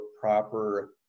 proper